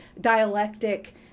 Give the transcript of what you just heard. dialectic